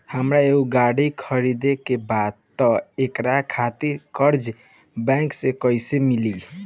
हमरा एगो गाड़ी खरीदे के बा त एकरा खातिर कर्जा बैंक से कईसे मिली?